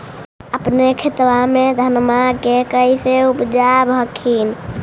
अपने खेतबा मे धन्मा के कैसे उपजाब हखिन?